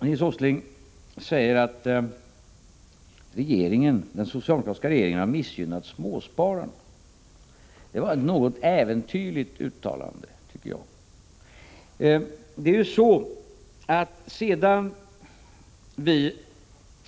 Nils Åsling säger att den socialdemokratiska regeringen har missgynnat småspararna. Det var ett något äventyrligt uttalande, tycker jag. Sedan vi